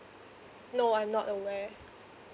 no I'm not aware